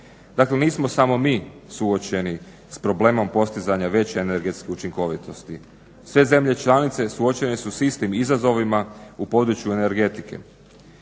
Dakle, nismo samo mi suočeni s problemom postizanja veće energetske učinkovitosti, sve zemlje članice suočene su s istim izazovima u području energetike.